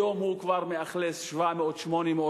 היום הוא כבר מאכלס 700 800,